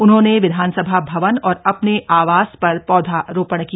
उन्होंने विधानसभा भवन और अपने आवास पर पौधारोपण किया